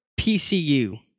PCU